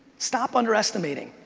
stop underestimating.